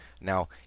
Now